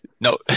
No